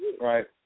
right